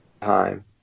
time